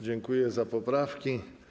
Dziękuję za poprawki.